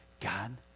God